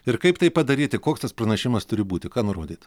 ir kaip tai padaryti koks tas pranešimas turi būti ką nurodyt